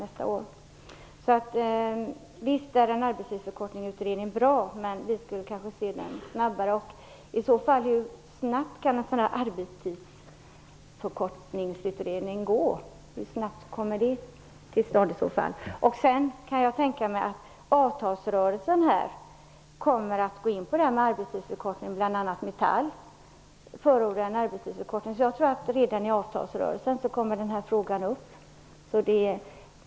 Visst är det bra med en utredning om arbetstidsförkortning. Men vi skulle kanske vilja se att det gick snabbare. Hur snabbt kan en sådan utredning gå? Hur snabbt kan den komma till stånd? Jag kan tänka mig att man kommer att gå in på en arbetstidsförkortning i avtalsrörelsen. Bl.a. Metall förordar en arbetstidsförkortning. Redan i avtalsrörelsen kommer denna fråga upp.